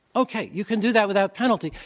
okay, you can do that without penalty.